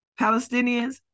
palestinians